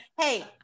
Hey